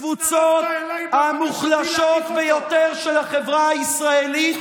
מהקבוצות המוחלשות ביותר של החברה הישראלית